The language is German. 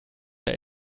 der